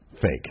Fake